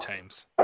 teams